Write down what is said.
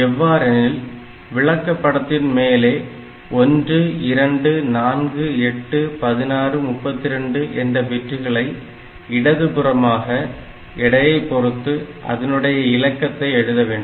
எவ்வாறெனில் விளக்கப் படத்தின் மேலே 12481632 என்ற பிட்களை இடதுபுறமாக எடையை பொறுத்து அதனுடைய இலக்கத்தை எழுத வேண்டும்